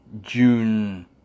June